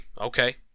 Okay